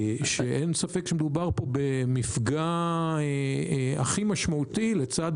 אין ספק שמדובר פה במפגע הכי משמעותי לצד